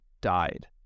died